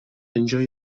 enjoy